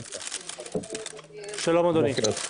שלום, אדוני.